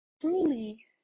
truly